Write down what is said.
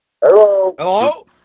hello